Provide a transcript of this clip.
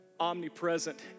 omnipresent